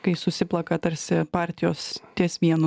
kai susiplaka tarsi partijos ties vienu